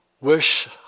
Wish